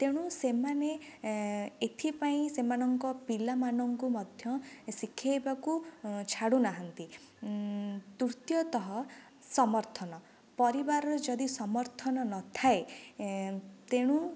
ତେଣୁ ସେମାନେ ଏଥିପାଇଁ ସେମାନଙ୍କ ପିଲାମାନଙ୍କୁ ମଧ୍ୟ ଶିଖାଇବାକୁ ଛାଡ଼ୁନାହାନ୍ତି ତୃତୀୟତଃ ସମର୍ଥନ ପରିବାରରେ ଯଦି ସମର୍ଥନ ନଥାଏ ତେଣୁ